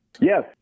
Yes